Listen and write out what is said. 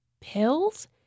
Pills